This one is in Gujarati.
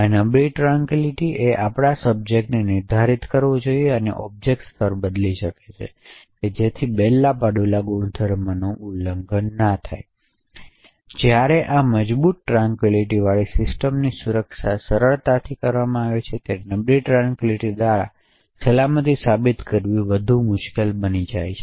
આ નબળી ટ્રાનકવિલીટીએ આપણાં સબ્જેક્ટને નિર્ધારિત કરવા જોઈએ અને ઓબ્જેક્ટ્સ સ્તર બદલી શકે છે જેથી બેલ લાપડુલા ગુણધર્મોનું ઉલ્લંઘન ન થાય જ્યારે આ મજબૂત ટ્રાનકવિલીટીવાળી સિસ્ટમની સુરક્ષા સરળતાથી કરવામાં આવે ત્યારે નબળી ટ્રાનકવિલીટી દ્વારા સલામતી સાબિત કરવી વધુ મુશ્કેલ બની જાય છે